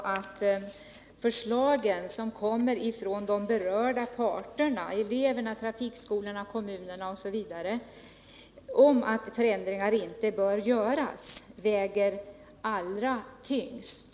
Vid dessa diskussioner bör det som framförs från de berörda parterna — eleverna, trafikskolorna, kommunerna, osv. — väga allra tyngst.